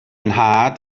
nhad